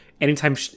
anytime